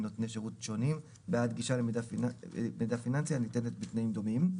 מנותני שירות שונים בעד גישה למידע פיננסי הניתנת בתנאים דומים.